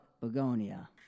Begonia